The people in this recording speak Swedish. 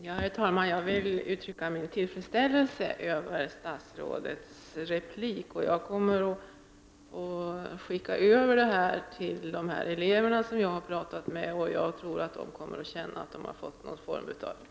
Herr talman! Jag vill uttrycka min tillfredsställelse över statsrådets replik. Jag kommer att skicka över svaret till de elever som jag har talat med. Jag tror att de kommer att känna att de har fått någon form av upprättelse. Tack!